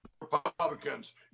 Republicans